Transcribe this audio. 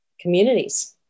communities